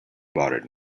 bothered